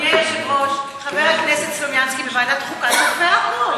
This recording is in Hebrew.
חבר הכנסת סלומינסקי בוועדת חוקה,